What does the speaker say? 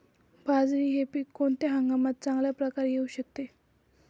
बाजरी हे पीक कोणत्या हंगामात चांगल्या प्रकारे येऊ शकते?